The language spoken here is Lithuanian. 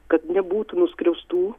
kad nebūtų nuskriaustų